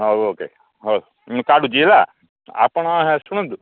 ହଉ okay ହଉ ମୁଁ କାଟୁଛି ହେଲା ଆପଣ ଶୁଣନ୍ତୁ